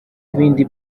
ibindi